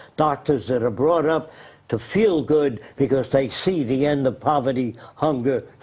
doctors that are brought up to feel good, because they see the end of poverty, hunger,